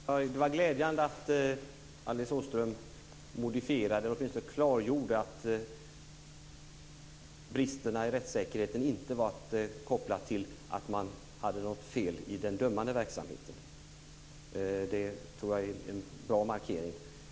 Fru talman! Det var glädjande att Alice Åström modifierade och åtminstone klargjorde att bristerna i rättssäkerheten inte är kopplade till något fel i den dömande verksamheten. Det är en bra markering.